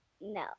No